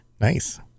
nice